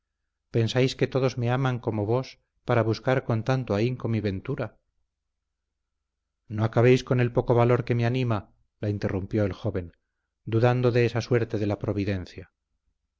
pensáis que todos me aman como vos para buscar con tanto ahínco mi ventura no acabéis con el poco valor que me anima la interrumpió el joven dudando de esa suerte de la providencia